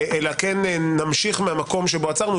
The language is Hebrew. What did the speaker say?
אלא נמשיך מהמקום שבו עצרנו.